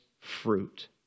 fruit